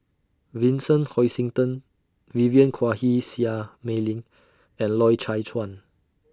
Vincent Hoisington Vivien Quahe Seah Mei Lin and Loy Chye Chuan